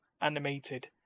animated